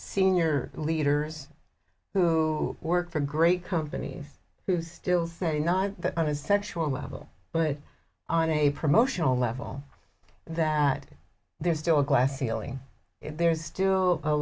senior leaders who work for great companies who still say that on a sexual level but on a promotional level that there's still a glass ceiling there's still